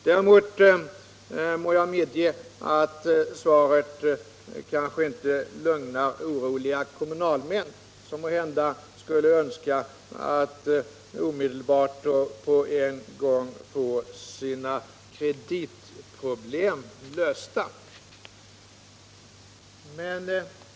Däremot kan jag medge att svaret kanske inte lugnar oroliga kommunalmän, som måhända skulle önska att få sina kreditproblem lösta omedelbart.